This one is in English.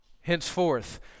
henceforth